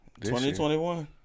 2021